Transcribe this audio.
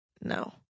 No